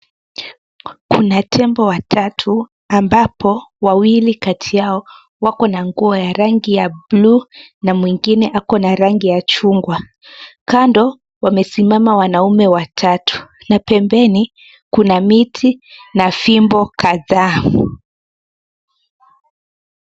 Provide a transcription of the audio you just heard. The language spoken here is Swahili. Kuna tembo watatu ambapo wawili kati yao wako na nguo ya rangi ya buluu na mwingine ako na ramgi ya chungwa. Kando wamesimama wanaume watatu na pembeni kuna miti na fimbo kadhaa.